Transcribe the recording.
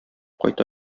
кайта